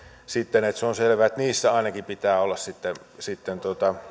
sitten se on selvää että niissä ainakin pitää olla sitten sitten